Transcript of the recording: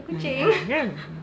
ah kan